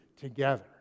together